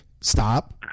stop